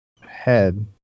head